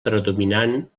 predominant